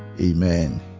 Amen